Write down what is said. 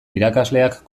irakasleak